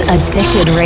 Addicted